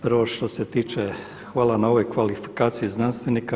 Prvo, što se tiče, hvala na ovoj kvalifikaciji znanstvenika.